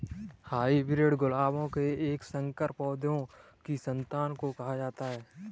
hybrid गुलाबों के एक संकर के पौधों की संतान को कहा जाता है